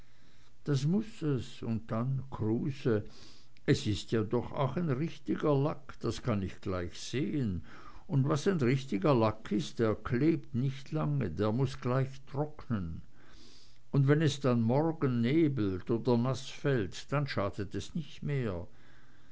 das muß es und dann kruse es ist ja doch auch ein richtiger lack das kann ich gleich sehen und was ein richtiger lack ist der klebt nicht lange der muß gleich trocknen und wenn es dann morgen nebelt oder naß fällt dann schadet es nichts mehr